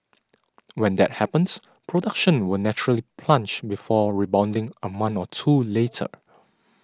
when that happens production will naturally plunge before rebounding a month or two later